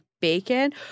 bacon